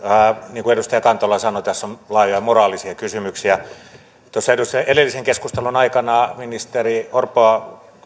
niin kuin edustaja kantola sanoi tässä on laajoja moraalisia kysymyksiä edellisen keskustelun aikana ministeri orpoa